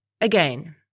Again